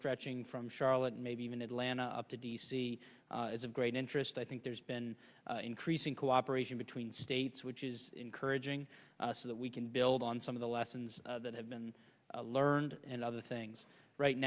stretching from charlotte maybe even atlanta up to d c is of great interest i think there's been increasing cooperation between states which is encouraging so that we can build on some of the lessons that have been learned and other things right